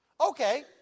Okay